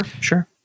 sure